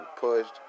pushed